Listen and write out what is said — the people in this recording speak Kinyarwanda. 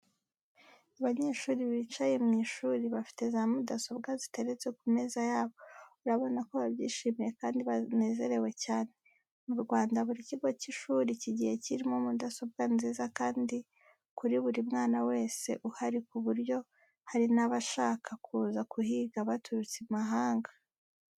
Abanyeshuri bicaye mu ishuri bafite za mudasobwa ziteretse ku meza yabo, urabona ko babyishimiye kandi banezerewe cyane, mu Rwanda buri kigo cy'ishuri kigiye kirimo mudasobwa nziza kandi kuri buri mwana wese uhari ku buryo hari nabashaka kuza kuhiga baturutse imahanga.